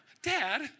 Dad